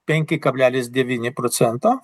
penki kablelis devyni procento